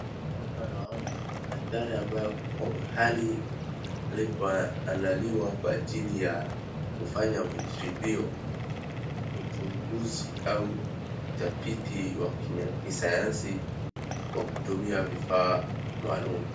Hapo naona daktari ambaye ako kwa mahali palipo andaliwa kwa ajili ya kufanya majaribio, uchunguzi au utafiti wa kisayansi kwa kutumia vifaa maalum.